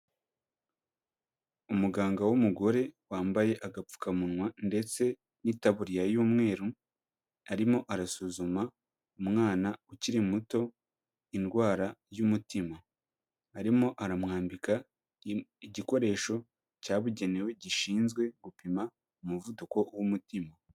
Umuganga w'umugore wambaye agapfukamunwa ndetse n'itaburiya y'umweru arimo arasuzuma umwana ukiri muto indwara y'umutima, arimo aramwambika igikoresho cyabugenewe gishinzwe gupima umuvuduko w'umutima.